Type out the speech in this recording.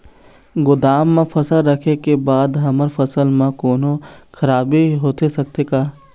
गोदाम मा फसल रखें के बाद हमर फसल मा कोन्हों खराबी होथे सकथे का?